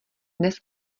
dnes